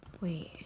Wait